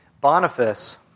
Boniface